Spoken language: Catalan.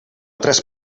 tres